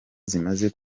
zimaze